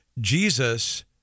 Jesus